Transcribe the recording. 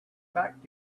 back